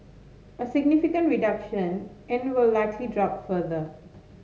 a significant reduction and will likely drop further